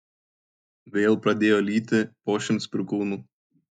vėl pradėjo lyti po šimts perkūnų